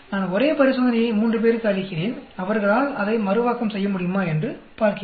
நான் ஒரே பரிசோதனையை மூன்று பேருக்கு அளிக்கிறேன் அவர்களால் அதை மறுவாக்கம் செய்ய முடியுமா என்று பார்க்கிறேன்